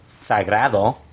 Sagrado